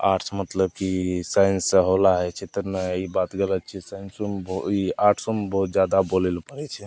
arts मतलब कि साइन्ससे हौला होइ छै तऽ नहि ई बात गलत छै साइन्सोमे ई आर्ट्सोमे बहुत जादा बोलै ले पड़ै छै